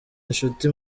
inshuti